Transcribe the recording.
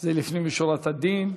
זה לפנים משורת הדין.